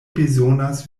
bezonas